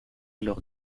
lors